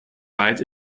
weit